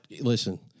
Listen